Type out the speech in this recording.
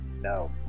No